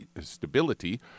stability